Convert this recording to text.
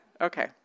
Okay